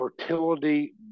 fertility